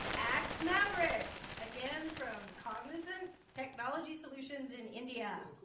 x mavericks again from cognizant technology solutions in indiana